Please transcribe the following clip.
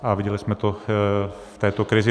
A viděli jsme to v této krizi.